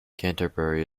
canterbury